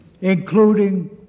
including